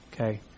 Okay